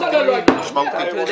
לא, לא.